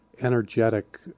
energetic